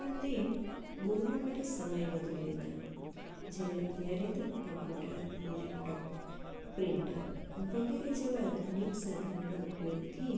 પણ તે દોરવા માટે સમય વધુ લેતા જ્યારે અત્યારે તો કમ્પ્યુટર લેપટોપ પ્રિન્ટર વગેરે જેવા આધુનિક સાધનોના ઉપયોગથી